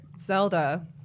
Zelda